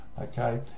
Okay